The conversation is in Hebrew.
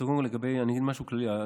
אני אגיד משהו כללי.